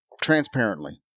transparently